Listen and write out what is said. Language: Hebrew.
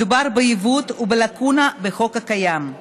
מדובר בעיוות ובלקונה בחוק הקיים,